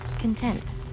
content